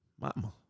mama